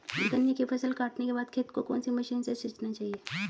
गन्ने की फसल काटने के बाद खेत को कौन सी मशीन से सींचना चाहिये?